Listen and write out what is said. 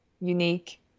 unique